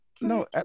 No